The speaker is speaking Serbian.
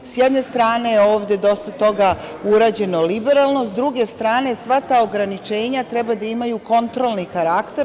Sa jedne strane je ovde dosta toga urađeno liberalno, a sa druge strane sva ta ograničenja treba da imaju kontrolni karakter.